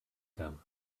them